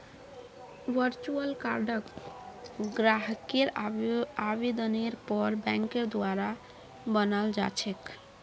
virtual कार्डक ग्राहकेर आवेदनेर पर बैंकेर द्वारा बनाल जा छेक